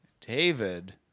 David